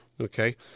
okay